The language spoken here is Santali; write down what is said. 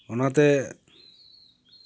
ᱚᱱᱟᱛᱮ